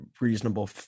reasonable